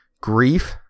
Grief